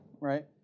right